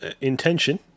intention